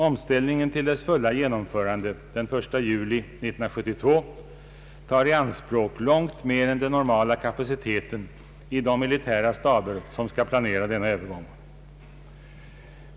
Omställningen till dess fulla genomförande den 1 juli 1972 tar i anspråk långt mer än den normala kapaciteten i de militära staber som skall planera denna övergång.